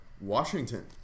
Washington